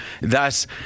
Thus